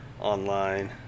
online